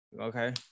Okay